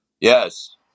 Yes